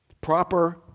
proper